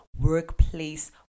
workplace